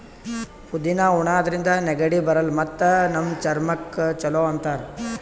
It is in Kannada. ಪುದಿನಾ ಉಣಾದ್ರಿನ್ದ ನೆಗಡಿ ಬರಲ್ಲ್ ಮತ್ತ್ ನಮ್ ಚರ್ಮಕ್ಕ್ ಛಲೋ ಅಂತಾರ್